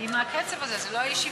עם הקצב הזה זו לא הישיבה.